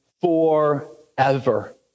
forever